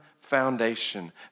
foundation